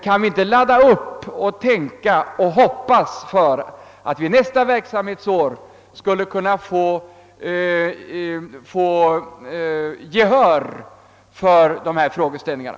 Kan vi inte i stället samla oss till en gemensam uppladdning inför nästa verksamhetsår med förhoppningen att vi då skall få gehör för de här frågeställningarna?